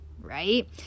right